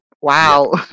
Wow